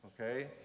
okay